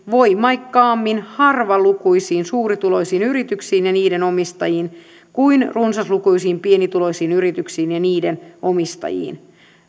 voimakkaammin harvalukuisiin suurituloisiin yrityksiin ja niiden omistajiin kuin runsaslukuisiin pienituloisiin yrityksiin ja niiden omistajiin